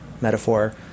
metaphor